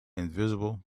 invisible